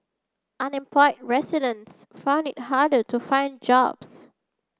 unemployed residents found it harder to find jobs